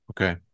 Okay